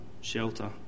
shelter